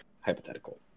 hypothetical